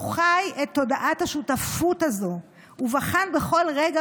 הוא חי את תודעת השותפות הזו ובחן בכל רגע